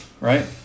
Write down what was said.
right